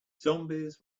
zombies